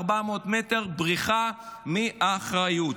400 מטר בריחה מאחריות.